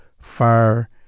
Fire